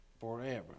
forever